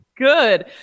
Good